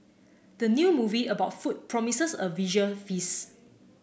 the new movie about food promises a visual feast